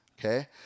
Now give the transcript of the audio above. Okay